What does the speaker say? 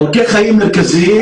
עורקי חיים מרכזיים,